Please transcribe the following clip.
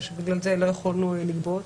ושבגלל זה לא יכולנו לגבות.